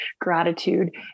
gratitude